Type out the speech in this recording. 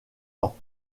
dents